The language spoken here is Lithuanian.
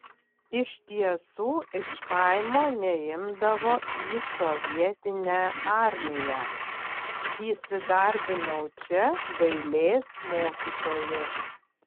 iš tiesų iš kaimo neimdavo į sovietinę armiją įsidarbinau čia dailės mokytoju